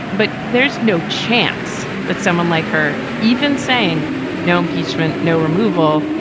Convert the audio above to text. but there's no chance that someone like her even saying no impeachment, no removal,